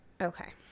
okay